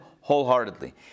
wholeheartedly